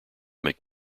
make